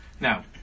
Now